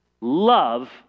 Love